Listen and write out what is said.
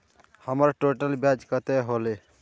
हमर टोटल ब्याज कते होले?